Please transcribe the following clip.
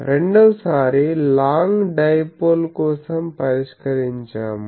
రెండోసారి long dipole కోసం పరిష్కరించాము